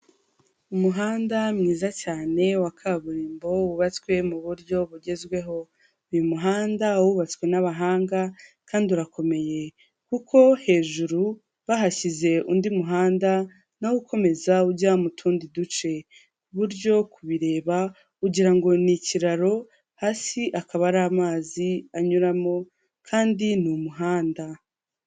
Umuhanda mwiza cyane wa kaburimbo wubatswe mu buryo bugezweho, uyu muhanda wubatswe n'abahanga kandi urakomeye kuko hejuru bahashyize undi muhanda nawo ukomeza ujya mu tundi duce, ku buryo kubireba ugira ngo ni ikiraro, hasi akaba ari amazi anyuramo kandi ni umuhanda.